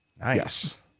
yes